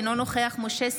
אינו נוכח משה סולומון,